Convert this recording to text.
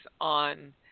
on